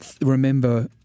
remember